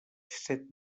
set